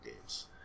games